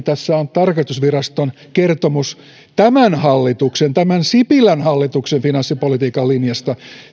tässä on tarkastusviraston kertomus tämän hallituksen tämän sipilän hallituksen finanssipolitiikan linjasta